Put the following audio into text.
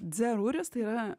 dzerūris tai yra